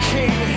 King